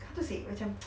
how to say macam